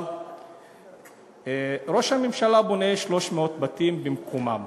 אבל ראש הממשלה בונה 300 בתים במקומם.